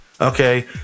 Okay